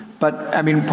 but i mean,